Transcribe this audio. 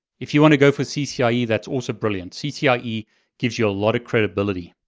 if you want to go for ccie, that's also brilliant. ccie gives you a lot of credibility.